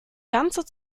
ganze